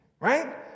Right